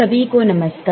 सभी को नमस्कार